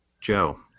Joe